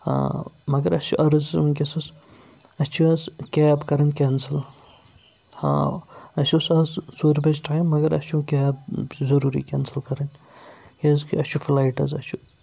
آ مگر اَسہِ چھُ عرض وٕنکٮ۪ٚس حظ اَسہِ چھِ حظ کیب کَرٕنۍ کینسٕل ہاں اَسہِ اوس آز ژورِ بَجہِ ٹایِم مگر اَسہِ چھُ کیب ضٔروٗری کینسل کَرٕنۍ کیٛازِ کہِ اَسہِ چھُ فٕلایِٹ حظ اَسہِ چھُ